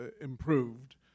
improved